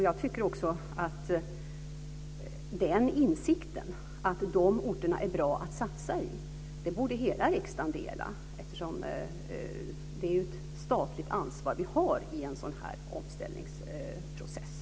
Jag tycker också att den insikten, att de här orterna är bra att satsa i, borde delas av hela riksdagen. Det är ju ett statligt ansvar som vi har i en sådan här omställningsprocess.